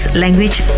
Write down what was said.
language